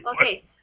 Okay